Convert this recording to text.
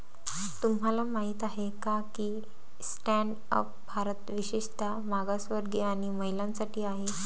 तुम्हाला माहित आहे का की स्टँड अप भारत विशेषतः मागासवर्गीय आणि महिलांसाठी आहे